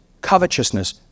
covetousness